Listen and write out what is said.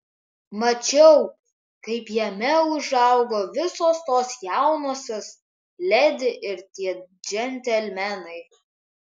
mačiau kaip jame užaugo visos tos jaunosios ledi ir tie džentelmenai